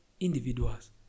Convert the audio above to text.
individuals